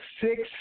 six